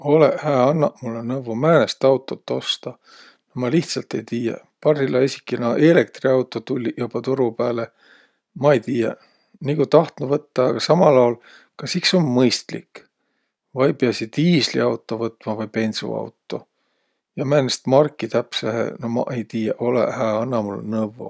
Olõq hää, annaq mullõ nõvvo, määnest autot ostaq. Ma lihtsält ei tiiäq. Parhilla esiki naaq eelektriautoq tulliq joba turu pääle. Ma ei tiiäq, nigu tahtnuq võttaq, aga samal aol, kas iks um mõistlik vai piäsiq diisliauto võtma vai bensuauto? Ja määnest marki täpsähe? No maq ei tiiäq. Olõq hää, annaq mullõ nõvvo!